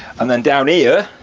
and then down here,